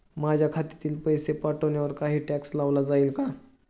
माझ्या खात्यातील पैसे पाठवण्यावर काही टॅक्स लावला जाईल का?